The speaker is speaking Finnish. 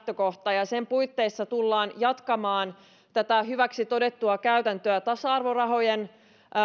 keskeisin lähtökohta ja sen puitteissa tullaan jatkamaan tätä hyväksi todettua käytäntöä tasa arvorahojen